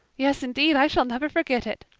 yes, indeed. i shall never forget it,